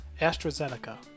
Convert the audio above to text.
AstraZeneca